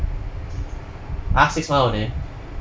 !huh! six month only